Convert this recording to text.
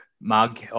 Mug